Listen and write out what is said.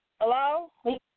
Hello